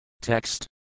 Text